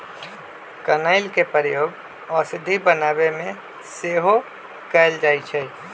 कनइल के प्रयोग औषधि बनाबे में सेहो कएल जाइ छइ